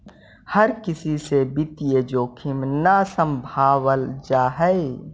हर किसी से वित्तीय जोखिम न सम्भावल जा हई